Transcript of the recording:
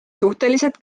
suhteliselt